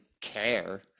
care